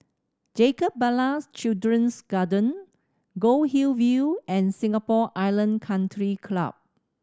Jacob Ballas Children's Garden Goldhill View and Singapore Island Country Club